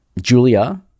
julia